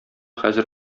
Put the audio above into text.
хәзер